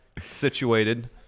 Situated